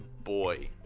boy.